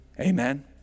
Amen